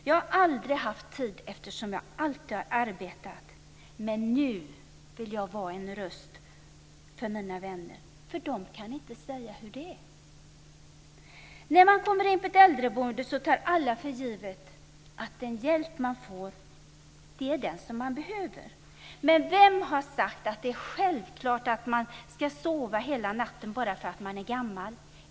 Jag har aldrig haft tid, eftersom jag alltid har arbetat. Men nu vill jag vara en röst för mina vänner, för de kan inte säga hur det är. När man kommer in på ett äldreboende tar alla för givet att den hjälp man får är den man behöver. Men vem har sagt att det är självklart att man ska sova hela natten bara för att man är gammal.